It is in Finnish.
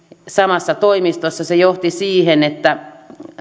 samassa toimistossa se johti siihen että